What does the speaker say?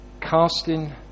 casting